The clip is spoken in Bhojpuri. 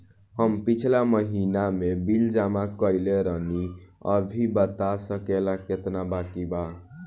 हम पिछला महीना में बिल जमा कइले रनि अभी बता सकेला केतना बाकि बा?